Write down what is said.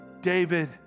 David